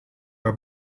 were